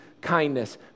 kindness